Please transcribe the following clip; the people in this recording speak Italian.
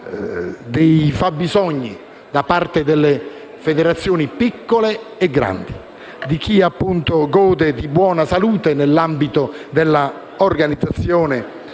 dei fabbisogni delle federazioni piccole e grandi, di chi gode di buona salute nell'ambito delle organizzazioni